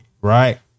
right